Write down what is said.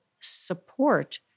support